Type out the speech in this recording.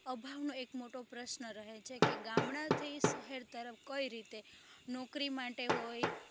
અભાવનો એક મોટો પ્રશ્ન રહે છે ગામાડાથી શહેર તરફ કઈ રીતે નોકરી માટે હોય